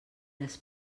les